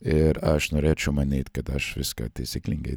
ir aš norėčiau manyt kad aš viską taisyklingai